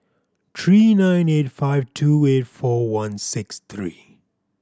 three nine eight five two eight four one six three